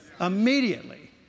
Immediately